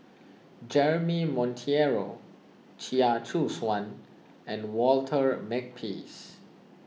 Jeremy Monteiro Chia Choo Suan and Walter Makepeace